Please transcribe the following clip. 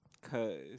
cause